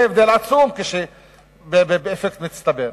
זה הבדל עצום באפקט מצטבר.